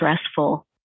stressful